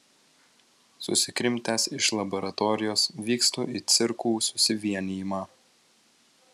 susikrimtęs iš laboratorijos vykstu į cirkų susivienijimą